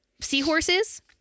seahorses